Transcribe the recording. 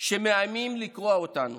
שמאיימים לקרוע אותנו